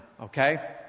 okay